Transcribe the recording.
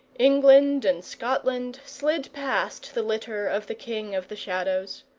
england and scotland slid past the litter of the king of the shadows.